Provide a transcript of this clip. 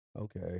Okay